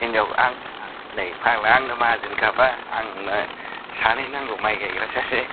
हिनजाव आंना नै फाग्ला आंनो माहाजोनखाबा आंनो सानै नांगौ माइ गायग्रा सासे